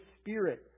Spirit